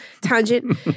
tangent